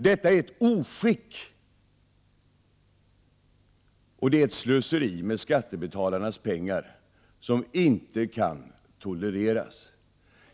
Detta är ett oskick, och det är ett slöseri med skattebetalarnas pengar som inte kan tolereras.